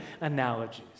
analogies